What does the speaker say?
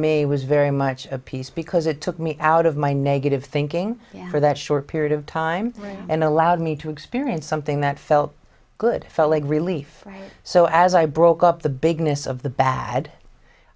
me was very much a piece because it took me out of my negative thinking for that short period of time and allowed me to experience something that felt good felt like relief so as i broke up the bigness of the bad